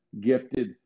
gifted